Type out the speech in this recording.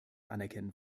anerkennen